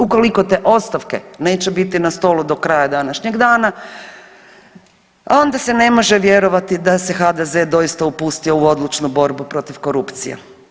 Ukoliko te ostavke neće biti na stolu do kraja današnjeg dana, onda se ne može vjerovati da se HDZ doista upustio u odlučnu borbu protiv korupcije.